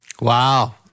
Wow